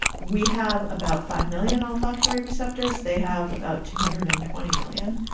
we have about five million olfactory receptors. they have about two hundred and twenty million.